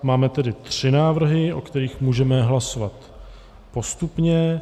Máme tedy tři návrhy, o kterých můžeme hlasovat postupně.